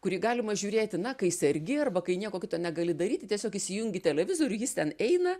kurį galima žiūrėti na kai sergi arba kai nieko kito negali daryti tiesiog įsijungi televizorių jis ten eina